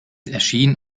erschien